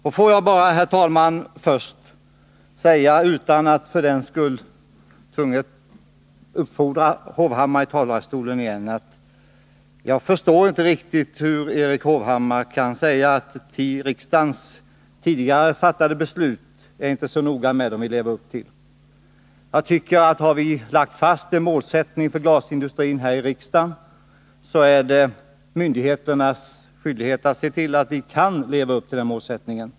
Låt mig också säga, herr talman, utan att jag för den skull uppfordrar Erik Hovhammar till att gå upp i talarstolen igen, att jag inte riktigt förstår hur Erik Hovhammar kan säga att vi inte behöver vara så noga med att leva upp till av riksdagen tidigare fattade beslut. Jag tycker att om vi här i riksdagen har lagt fast en målsättning för glasindustrin, så är det myndigheternas skyldighet att se till att vi kan leva upp till den målsättningen.